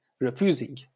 refusing